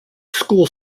school